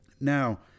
Now